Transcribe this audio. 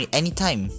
anytime